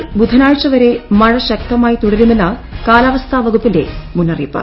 കേരളത്തിൽ ബുധനാഴ്ചവരെ മഴ ശക്തമായി തുടരുമെന്ന് കാലാവസ്ഥ വകുപ്പിന്റെ മുന്നറിയിപ്പ്